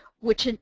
which and